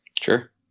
Sure